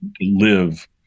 live